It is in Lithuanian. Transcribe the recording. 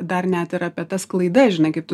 dar net ir apie tas klaidas žinai kaip tu